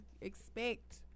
expect